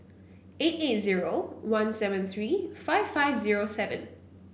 eight eight zero one seven three five five zero seven